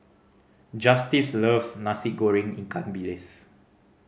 Justice loves Nasi Goreng ikan bilis